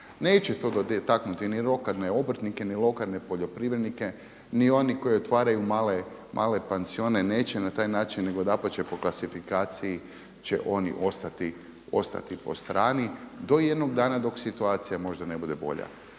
Neće to dotaknuti ni lokalne obrtnike ni lokalne poljoprivrednike ni oni koji otvaraju male pansione neće na taj način nego dapače po klasifikaciji će oni ostati po strani do jednog dana dok situacija možda ne bude bolja.